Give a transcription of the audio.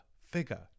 figure